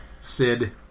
Sid